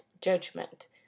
judgment